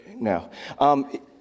no